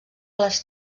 les